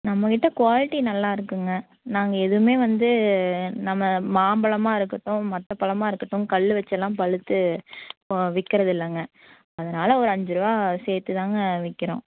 நம்மக்கிட்டே குவாலிட்டி நல்லாயிருக்குங்க நாங்கள் எதுவுமே வந்து நம்ம மாம்பழமா இருக்கட்டும் மற்ற பழமா இருக்கட்டும் கல் வெச்சுலாம் பழுத்து விற்கிறதில்லங்க அதனால் ஒரு அஞ்சு ரூபா சேர்த்து தாங்க விற்கிறோம்